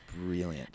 brilliant